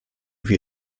wir